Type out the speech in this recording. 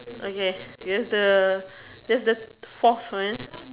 okay is the that's the fourth one